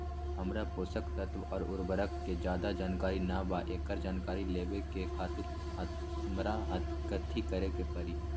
हमरा पोषक तत्व और उर्वरक के ज्यादा जानकारी ना बा एकरा जानकारी लेवे के खातिर हमरा कथी करे के पड़ी?